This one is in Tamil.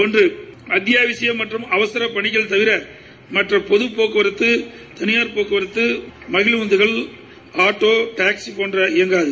ஒன்று அத்தியாவசியம் மற்றும் அவசரப் தவிர மற்றம் பொது போக்குவரத்து தனியார் போக்குவரத்து மகிழுந்துகள் ஆட்டோ டாக்சி பணிகள் போன்றவை இயங்காது